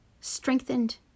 strengthened